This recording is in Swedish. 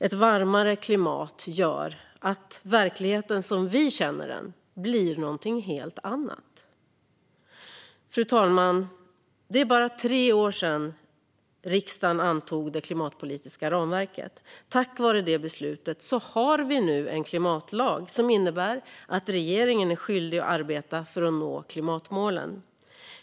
Ett varmare klimat gör att verkligheten som vi känner den blir någonting helt annat. Fru talman! Det är bara tre år sedan riksdagen antog det klimatpolitiska ramverket. Tack vare det beslutet har vi nu en klimatlag som innebär att regeringen är skyldig att arbeta för att nå klimatmålen.